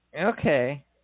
Okay